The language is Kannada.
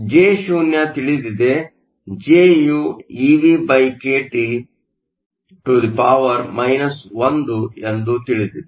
Jo ತಿಳಿದಿದೆ ಜೆ ಯು eVkT 1ಎಂದು ತಿಳಿದಿದೆ